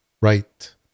right